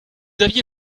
aviez